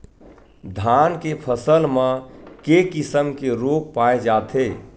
धान के फसल म के किसम के रोग पाय जाथे?